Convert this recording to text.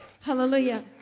Hallelujah